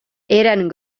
eren